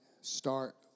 Start